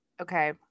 Okay